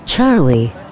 Charlie